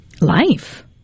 life